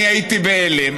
אני הייתי בהלם,